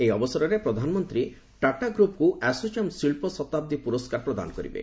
ଏହି ଅବସରରେ ପ୍ରଧାନମନ୍ତ୍ରୀ ଟାଟା ଗ୍ରପ୍କୁ ଆଶୋଚାମ୍ ଶିଳ୍ପ ଶତାବ୍ଦୀ ପୁରସ୍କାର ପ୍ରଦାନ କରିବେ